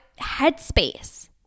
headspace